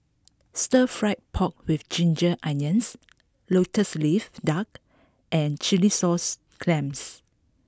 stir Fry Pork with Ginger Onions Lotus Leaf Duck and Chilli Sauce Clams